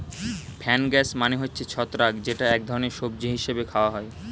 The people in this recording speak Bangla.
ফানগাস মানে হচ্ছে ছত্রাক যেটা এক ধরনের সবজি হিসেবে খাওয়া হয়